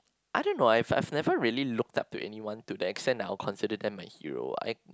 I don't know I've I've never really looked up to anyone to the extend I'll consider them my hero I